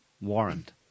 warrant